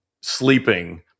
sleeping